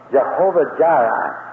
Jehovah-Jireh